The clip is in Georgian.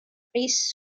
ტყის